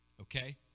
Okay